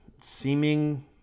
seeming